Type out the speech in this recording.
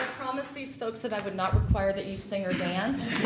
promised these folks that i would not require that you sing or dance.